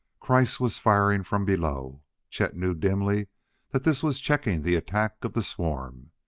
kreiss was firing from below chet knew dimly that this was checking the attack of the swarm.